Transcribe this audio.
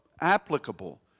applicable